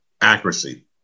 accuracy